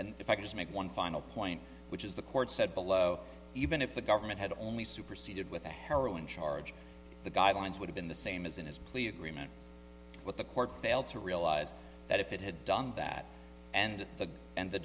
and if i could just make one final point which is the court said below even if the government had only superseded with a heroin charge the guidelines would have been the same as in his plea agreement with the court failed to realize that if it had done that and the and the